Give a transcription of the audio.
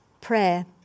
prayer